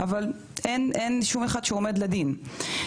אבל אף אחד לא עומד לדין.